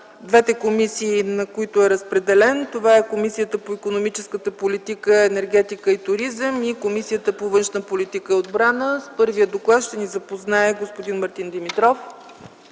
Двете комисии, на които е разпределен, са Комисията по икономическата политика, енергетика и туризъм и Комисията по външна политика и отбрана. С първия доклад ще ни запознае господин Мартин Димитров.